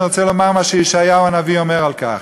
אני רוצה לומר מה שישעיהו הנביא אומר על כך: